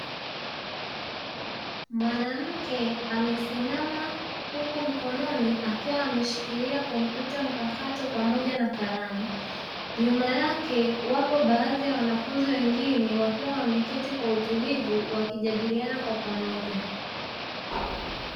Mwanamke amesimama, huku mkononi akiwa ameshikilia kompyuta mpakato pamoja na kalamu. Nyuma yake wapo baadhi ya wanafunzi wengine, wakiwa wameketi kwa utulivu wakijadiliana kwa pamoja.